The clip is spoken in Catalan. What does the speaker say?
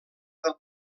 del